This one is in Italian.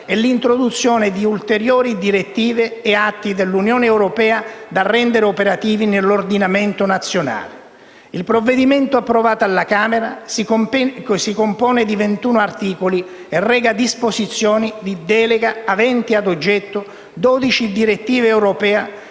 e l'introduzione di ulteriori direttive e atti dell'Unione europea da rendere operativi nell'ordinamento nazionale. Il provvedimento approvato alla Camera si compone di 21 articoli e reca disposizioni di delega aventi ad oggetto 12 direttive europee,